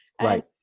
Right